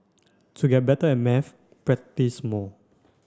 to get better at maths practise more